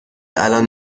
الآن